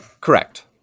Correct